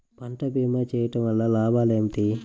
పంట భీమా చేయుటవల్ల లాభాలు ఏమిటి?